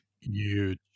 Huge